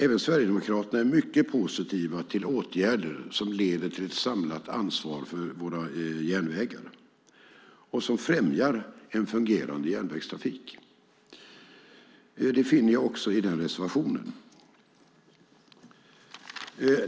Även Sverigedemokraterna är mycket positiva till åtgärder som leder till ett samtal ansvar för våra järnvägar och som främjar en fungerande järnvägstrafik. Den uppfattningen finner jag också i reservationen.